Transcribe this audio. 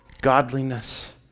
Godliness